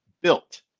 Built